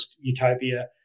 utopia